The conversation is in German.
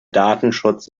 datenschutz